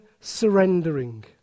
surrendering